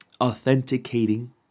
authenticating